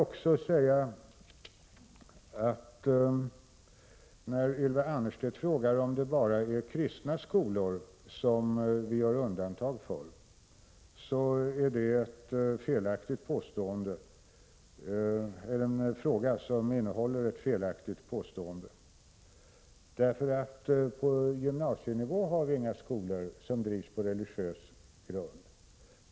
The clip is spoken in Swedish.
När Ylva Annerstedt frågar om det bara är kristna skolor som vi gör undantag för, så vill jag svara att det är en fråga som innehåller ett felaktigt påstående. På gymnasienivå har vi nämligen inga skolor med statsbidrag som drivs på religiös grund.